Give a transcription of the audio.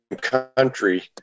country